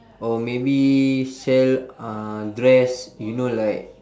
or maybe sell uh dress you know like